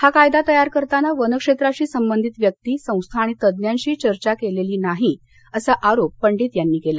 हा कायदा तयार करताना वनक्षेत्राशी संबंधित व्यक्ती संस्था आणि तज्ज्ञांशी चर्चा केलेली नाही असा आरोप पंडित यांनी केला